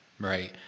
right